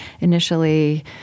initially